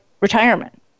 retirement